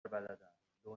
بلدن، لو